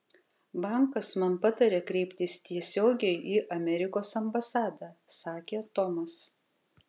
bankas man patarė kreiptis tiesiogiai į amerikos ambasadą sakė tomas